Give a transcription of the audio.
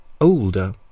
older